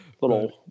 Little